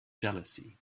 jealousy